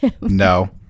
no